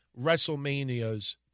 WrestleManias